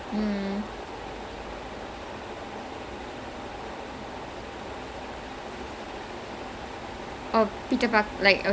and then the guy was playing him was good also lah not gonna lie he is called the innocent kids by the vibes I like that